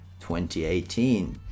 2018